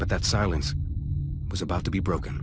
but that silence was about to be broken